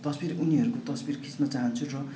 तस्बिर उनीहरूको तस्बिर खिच्न चाहन्छु र